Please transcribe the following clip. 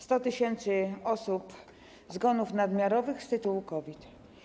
100 tys. zgonów nadmiarowych z tytułu COVID.